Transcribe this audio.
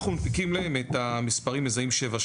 אנחנו מנפיקים להם את המספרים המזהים 77,